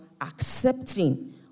accepting